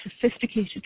sophisticated